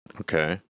Okay